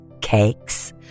cakes